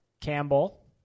Campbell